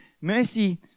mercy